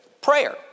Prayer